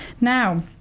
Now